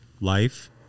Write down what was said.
life